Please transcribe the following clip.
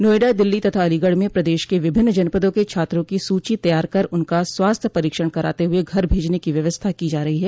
नोएडा दिल्ली तथा अलीगढ़ में प्रदेश के विभिन्न जनपदों के छात्रों की सूची तैयार कर उनका स्वास्थ्य परीक्षण कराते हुए घर भेजने की व्यवस्था की जा रही है